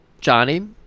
Johnny